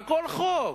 הכול חוק,